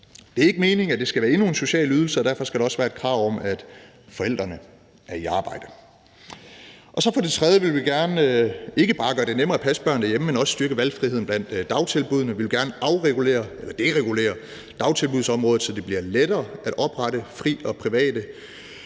Det er ikke meningen, at det skal være endnu en social ydelse, og derfor skal der også være et krav om, at forældrene er i arbejde. Det tredje er, at vi gerne ikke bare vil gøre det nemmere at passe børnene derhjemme, men også styrke valgfriheden blandt dagtilbuddene. Vi vil gerne afregulere eller deregulere dagtilbudsområdet, så det bliver lettere at oprette fri og private